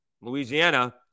Louisiana